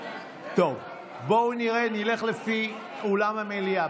טוב, בואו נראה, נלך לפי אולם המליאה.